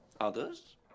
Others